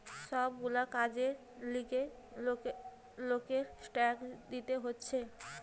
সব গুলা কাজের লিগে লোককে ট্যাক্স দিতে হতিছে